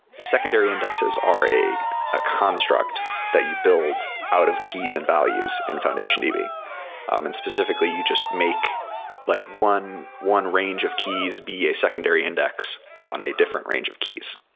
secondary indexes are a a construct that you build out of keys and values in foundationdb. um and specifically, you just make like one one range of keys be a secondary index on a different range of keys,